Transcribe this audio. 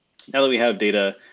now that we have data,